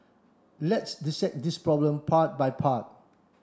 let's dissect this problem part by part